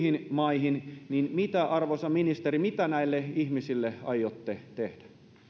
suomesta muihin maihin niin mitä arvoisa ministeri näille ihmisille aiotte tehdä